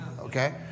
Okay